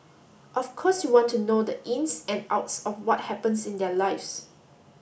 of course you want to know the ins and outs of what happens in their lives